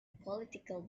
political